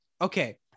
Okay